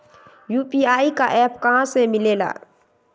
UPI का app कहा से मिलेला?